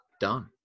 done